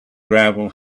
gravel